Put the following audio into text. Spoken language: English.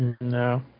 No